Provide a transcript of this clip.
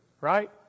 right